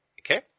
Okay